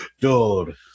dude